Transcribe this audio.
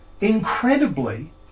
Incredibly